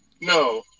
no